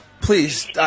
Please